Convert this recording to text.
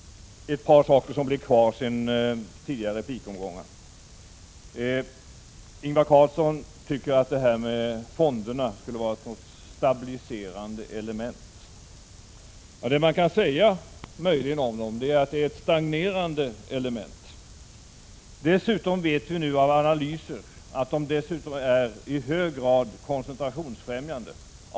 Ett par saker som blev kvar från tidigare replikomgångar: Ingvar Carlsson tycker att fonderna skulle vara ett stabiliserande element. Vad man möjligen kan säga om dem är att de utgör ett stagnerande element. Dessutom vet vi nu av analyser att de är i hög grad koncentrationsfrämjande.